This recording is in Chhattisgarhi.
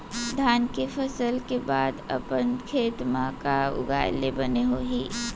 धान के फसल के बाद अपन खेत मा का उगाए ले बने होही?